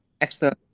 extra